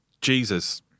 Jesus